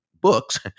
books